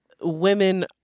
women